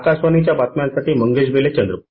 आकाशवाणीच्या बातम्यांसाठी मंगेश बेले चंद्रपूर